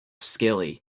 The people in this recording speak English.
scilly